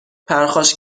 پرخاش